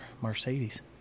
Mercedes